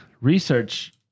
research